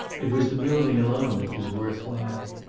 it was the building alone that was worth while.